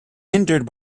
hindered